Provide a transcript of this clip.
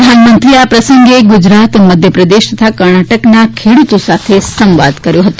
પ્રધાનમંત્રીએ આ પ્રસંગે ગુજરાત મધ્યપ્રદેશ તથા કર્ણાટકના ખેડૂતો સાથે સંવાદ કર્યો હતો